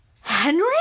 Henry